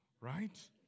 Right